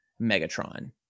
Megatron